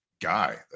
guy